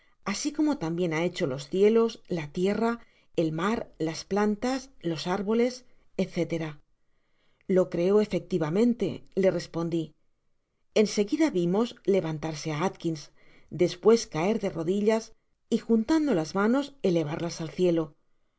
asi como tam bien ha hecho los cielos la tierra el mar las plantas los árboles etc lo creo efectivamente le respondi en seguida vimos levantarse á alkins despues caer de rodillas y juntando las manos elevarlas al cielo